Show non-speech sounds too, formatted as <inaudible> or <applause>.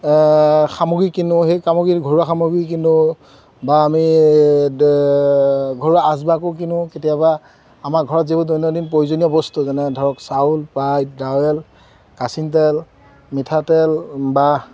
সামগ্ৰী কিনো সেই সামগীৰ ঘৰুৱা সামগ্ৰী কিনো বা আমি ঘৰুৱা আচবাবো কিনো কেতিয়াবা আমাৰ ঘৰত যিবোৰ দৈনন্দিন প্ৰয়োজনীয় বস্তু যেনে ধৰক চাউল <unintelligible> দাইল কাচীন তেল মিঠাতেল বা